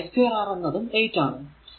പിന്നെ 12R എന്നതും 8 ആണ്